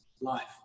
life